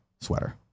sweater